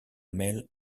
male